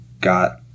got